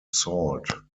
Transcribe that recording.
salt